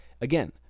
Again